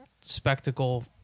spectacle